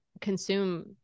consume